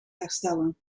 herstellen